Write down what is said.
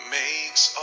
makes